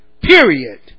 Period